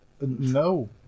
No